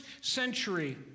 century